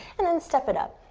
and then step it up.